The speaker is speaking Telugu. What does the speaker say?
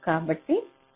కాబట్టి ఇది దీనికి సమానం